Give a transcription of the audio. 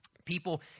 People